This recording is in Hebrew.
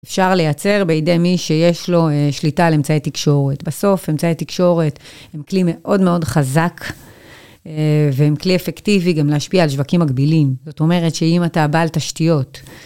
אפשר לייצר בידי מי שיש לו שליטה על אמצעי תקשורת. בסוף אמצעי תקשורת הם כלי מאוד מאוד חזק, והם כלי אפקטיבי גם להשפיע על שווקים מקבילים. זאת אומרת שאם אתה בעל תשתיות,